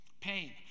pain